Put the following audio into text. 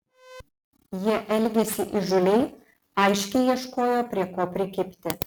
jie elgėsi įžūliai aiškiai ieškojo prie ko prikibti